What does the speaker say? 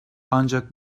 ancak